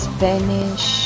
Spanish